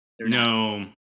No